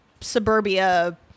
suburbia